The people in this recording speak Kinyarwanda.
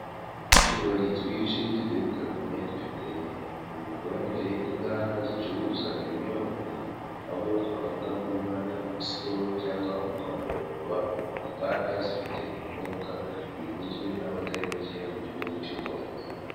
Utubari twinshi tugiye dutandukanye dufitanye imikoranire n'inganda zicuruza ibinyobwa, aho twavuga nk'uruganda rwa sikolo, cyangwa urwa buralirwa, mu nganda zifite ibinyobwa bikunzwe n'abatari bake mu Rwanda.